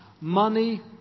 money